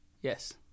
Yes